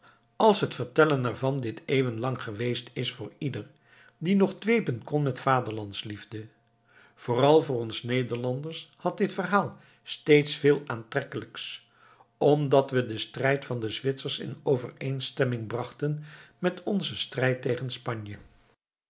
als het vertellen er van dit eeuwen lang geweest is voor ieder die nog dwepen kon met vaderlandsliefde vooral voor ons nederlanders had dit verhaal steeds veel aantrekkelijks omdat we den strijd van de zwitsers in overeenstemming brachten met onzen strijd tegen spanje